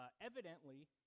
Evidently